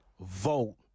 Vote